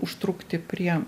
užtrukti prie